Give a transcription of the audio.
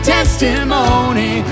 testimony